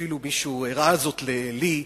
אפילו מישהו הראה זאת לי,